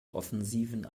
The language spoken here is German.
offensiven